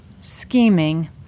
scheming